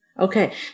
Okay